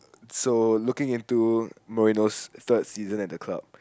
so looking into Mourinho's third season at the club